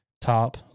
top